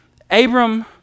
Abram